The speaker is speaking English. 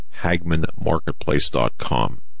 HagmanMarketplace.com